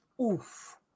oof